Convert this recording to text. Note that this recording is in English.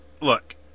look